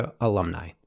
alumni